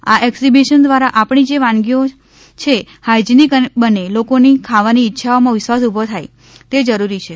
આએક્ષિબિશન દ્વારા આપણી જે વાનગીઓ છે હાઇઝીનિક બને લોકોની ખાવાની ઇચ્છાઓમાં વિશ્વાસઉભો થાય તે જરૂરી છે